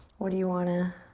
what do you wanna,